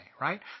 right